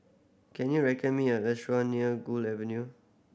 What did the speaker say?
can you recommend me a restaurant near Gu Avenue